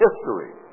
history